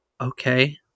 okay